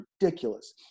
ridiculous